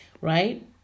right